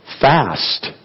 fast